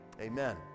amen